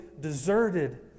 deserted